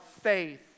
faith